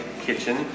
kitchen